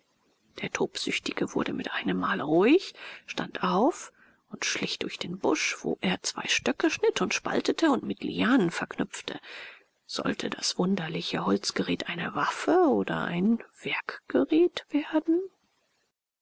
der tobsüchtige wurde mit einem male ruhig stand auf und schlich durch den busch wo er zwei stöcke schnitt und spaltete und mit lianen verknüpfte sollte das wunderliche holzgerät eine waffe oder ein werkgerät werden